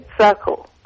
circle